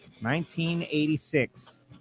1986